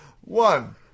One